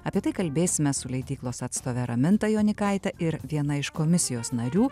apie tai kalbėsimės su leidyklos atstove raminta jonykaite ir viena iš komisijos narių